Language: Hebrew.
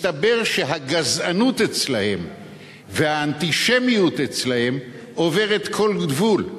מסתבר שהגזענות אצלם והאנטישמיות אצלם עוברות כל גבול.